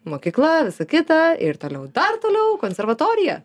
mokykla visa kita ir toliau dar toliau konservatorija